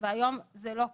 והיום זה לא קורה.